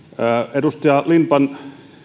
edustaja lindtman